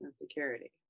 insecurity